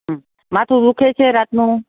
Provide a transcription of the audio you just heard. હમ માથું દુ ખે છે રાતનું